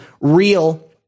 real